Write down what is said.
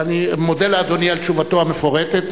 אבל אני מודה לאדוני על תשובתו המפורטת